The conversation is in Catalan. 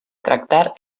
tractar